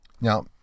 Now